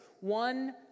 one